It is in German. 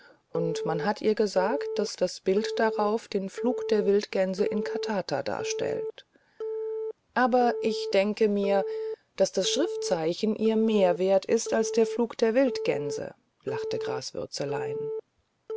und man hat ihr gesagt daß das bild darauf den flug der wildgänse in katata darstellt aber ich denke mir daß das schriftzeichen ihr mehr wert ist als der flug der wildgänse lachte graswürzelein